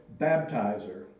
baptizer